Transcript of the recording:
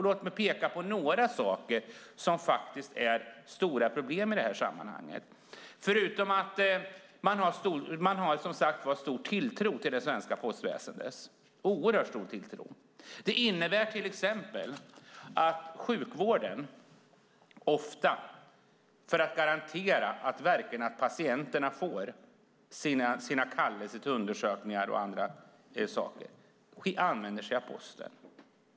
Låt mig peka på några saker som faktiskt innebär stora problem i det här sammanhanget. Att man har stor tilltro till det svenska postväsendet, oerhört stor tilltro, innebär till exempel att sjukvården ofta, för att garantera att patienterna verkligen får sina kallelser till undersökningar och andra saker, använder sig av posten.